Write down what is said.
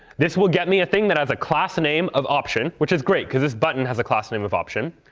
this will get me a thing that has a class a name of option, which is great because this button has a class name of option.